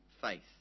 faith